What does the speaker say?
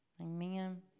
Amen